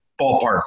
Ballpark